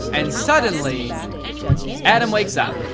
and suddenly adam wakes up.